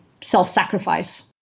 self-sacrifice